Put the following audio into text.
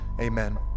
amen